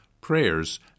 prayers